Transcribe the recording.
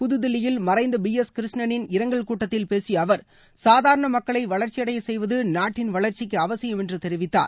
புதுதில்லியில் மறைந்த P S கிருஷ்ணளின் இரங்கல் கூட்டத்தில் பேசிய அவர் சாதாரண மக்களை வளர்ச்சியடையச் செய்வது நாட்டின் வளர்ச்சிக்கு அவசியம் என்று தெரிவித்தார்